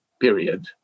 period